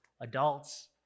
adults